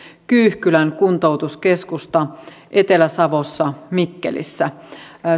kyyhkylän kuntoutuskeskusta etelä savossa mikkelissä